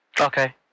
Okay